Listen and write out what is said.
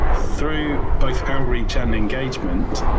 through both outreach and engagement,